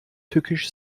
tückisch